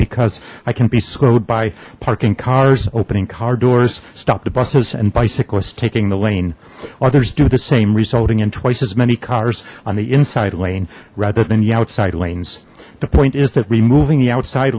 because i can be slowed by parking cars opening car doors stop the buses and bicyclists taking the lane others do the same resulting in twice as many cars on the inside lane rather than the outside lanes the point is that removing the outside